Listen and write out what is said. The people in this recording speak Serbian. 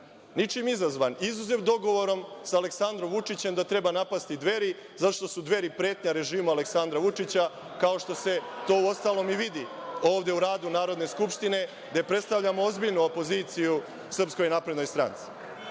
Ničim izazvan, izuzev dogovorom sa Aleksandrom Vučićem da treba napasti Dveri zato što su Dveri pretnja režimu Aleksandra Vučića kao što se to uostalom i vidi ovde u radu Narodne skupštine, gde predstavljamo ozbiljnu opoziciju SNS.A što se